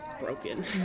broken